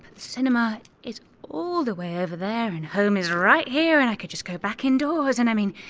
cinema is all the way over there, and home is right here, and i could just go back indoors, and i mean,